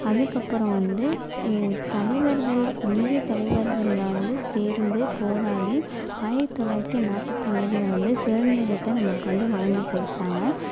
அதுக்கப்புறம் வந்து தலைவர்கள் இந்திய தலைவர்கள்லாம் வந்து சேர்ந்து போராடி ஆயிரத்தி தொள்ளாயிரத்தி நாற்பத்தி ஏழில் வந்து சுதந்திரத்தை நம்மளுக்கு வந்து வாங்கிக் கொடுத்தாங்க